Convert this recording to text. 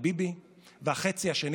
לראש הממשלה שמינה אותו, או החלופי או